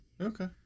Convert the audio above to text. Okay